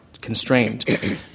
constrained